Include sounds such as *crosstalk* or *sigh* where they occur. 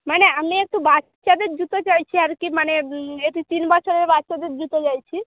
মানে আমি একটু বাচ্চাদের জুতো চাইছি আর কি মানে *unintelligible* তিন বছরের বাচ্চাদের জুতো চাইছি